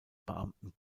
beamten